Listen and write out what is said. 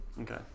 okay